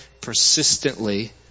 persistently